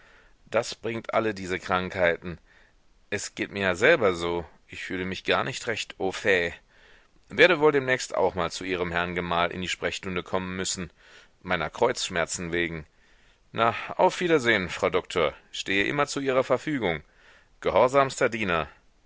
das bringt alle diese krankheiten es geht mir ja selber so ich fühle mich gar nicht recht au fait werde wohl demnächst auch mal zu ihrem herrn gemahl in die sprechstunde kommen müssen meiner kreuzschmerzen wegen na auf wiedersehen frau doktor stehe immer zu ihrer verfügung gehorsamster diener